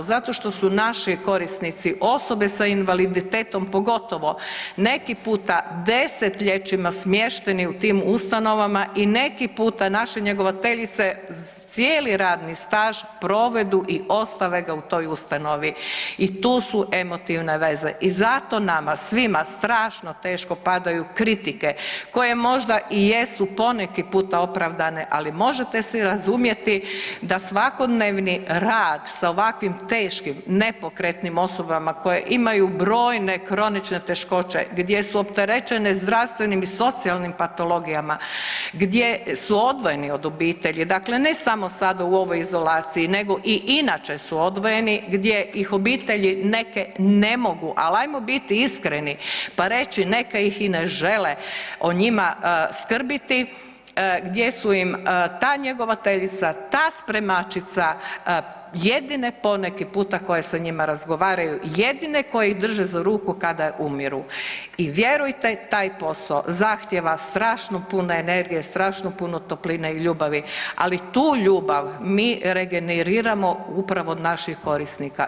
Zato što su naši korisnici osobe sa invaliditetom, pogotovo neki puta desetljećima smješteni u tim ustanovama i neki puta naše njegovateljice cijeli radni staž provedu i ostave ga u toj ustanovi i tu su emotivne veze i zato nama svima strašno teško padaju kritike koje možda i jesi poneki puta opravdane, ali možete si razumjeti da svakodnevni rad sa ovakvim teškim nepokretnim osobama koje imaju brojne kronične teškoće, gdje su opterećene zdravstvenim i socijalnim patologijama, gdje su odvojeni od obitelji, dakle ne samo sada u ovoj izolaciji nego i inače su odvojeni gdje ih obitelji neke ne mogu, al ajmo biti iskreni pa reći, neke ih i ne žele o njima skrbiti gdje su im ta njegovateljica, ta spremačica jedine poneki puta koje sa njima razgovaraju, jedine koje ih drže za ruku kada umiru i vjerujte taj posao zahtjeva strašno puno energije, strašno puno topline i ljubavi, ali tu ljubav mi regeneriramo upravo od naših korisnika.